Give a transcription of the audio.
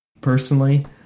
personally